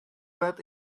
let